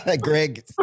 Greg